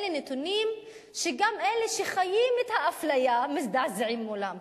אלה נתונים שגם אלה שחיים את האפליה מזדעזעים מולם.